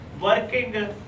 working